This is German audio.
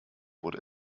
wurde